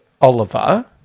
Oliver